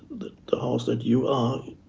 the the house that you are,